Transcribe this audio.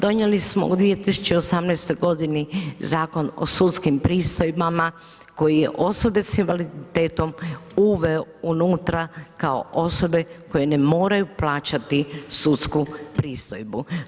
Donijeli smo u 2018.g. Zakon o sudskim pristojbama, koje je osobe s invaliditetom uveo unutra, kao osobe koje ne moraju plaćati sudsku pristojbu.